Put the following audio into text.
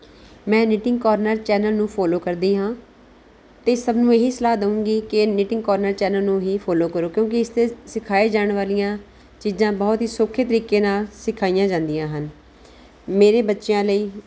ਮੈਂ knitting corner channel ਨੂੰ follow ਕਰਦੀ ਹਾਂ ਅਤੇ ਸਭ ਨੂੰ ਇਹੀ ਸਲਾਹ ਦਊਂਗੀ ਕਿ ਨੀਟਿੰਗ ਕੋਰਨਰ ਚੈਨਲ ਨੂੰ ਹੀ ਫੋਲੋ ਕਰੋ ਕਿਉਂਕਿ ਇਸ 'ਤੇ ਸਿਖਾਈ ਜਾਣ ਵਾਲੀਆਂ ਚੀਜ਼ਾਂ ਬਹੁਤ ਹੀ ਸੌਖੇ ਤਰੀਕੇ ਨਾਲ ਸਿਖਾਈਆਂ ਜਾਂਦੀਆਂ ਹਨ ਮੇਰੇ ਬੱਚਿਆਂ ਲਈ